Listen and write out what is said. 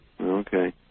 Okay